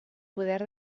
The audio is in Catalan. poder